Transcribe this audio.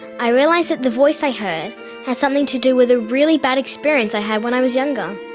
i realised that the voice i heard had something to do with a really bad experience i had when i was younger.